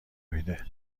میده